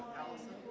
allison